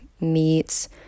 meats